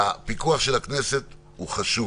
הפיקוח של הכנסת הוא חשוב,